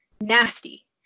nasty